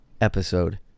episode